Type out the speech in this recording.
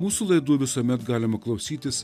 mūsų laidų visuomet galima klausytis